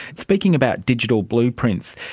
speaking about digital blueprints,